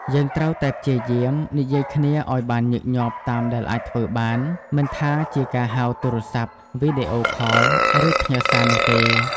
យើងត្រូវតែព្យាយាម និយាយគ្នាឲ្យបានញឹកញាប់តាមដែលអាចធ្វើបាន មិនថាជាការហៅទូរស័ព្ទ វីដេអូខល ឬផ្ញើសារនោះទេ។